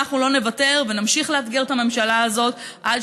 אנחנו לא נוותר ונמשיך לאתגר את הממשלה הזאת עד